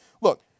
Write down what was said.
Look